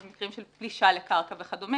במקרים של פלישה לקרקע וכדומה.